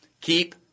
Keep